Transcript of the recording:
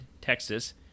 Texas